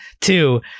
two